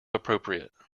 appropriate